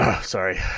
Sorry